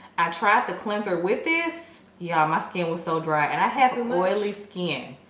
i tried the cleanser with this yeah, my skin was so dry. and i had some oily skin.